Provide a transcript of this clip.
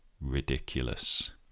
ridiculous